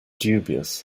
dubious